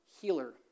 healer